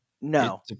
No